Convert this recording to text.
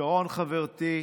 שרון, חברתי,